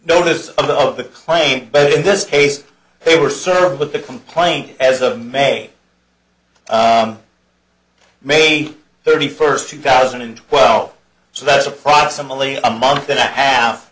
notice of the claim but in this case they were served with the complaint as a may may thirty first two thousand and twelve so that's approximately a month in that half